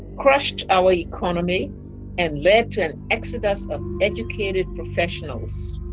crushed our economy and led to an exodus of educated professionals.